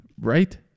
Right